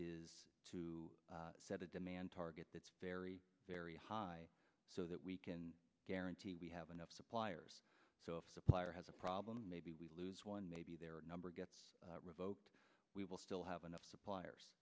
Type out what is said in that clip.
is to set a demand target that's very very high so that we can guarantee we have enough suppliers so if a supplier has a problem maybe we lose one maybe their number gets revoked we will still have enough suppliers